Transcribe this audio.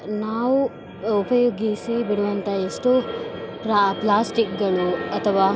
ನಾವು ಉಪಯೋಗಿಸಿ ಬಿಡುವಂಥ ಎಷ್ಟೋ ಪ್ಲಾಸ್ಟಿಕ್ಕುಗಳು ಅಥವಾ